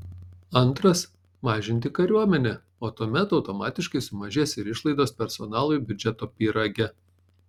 antras mažinti kariuomenę o tuomet automatiškai sumažės ir išlaidos personalui biudžeto pyrage